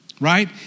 Right